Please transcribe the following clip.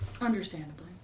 Understandably